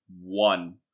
one